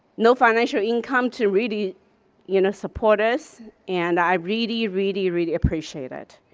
no financial income to really you know support us and i really, really, really appreciate it.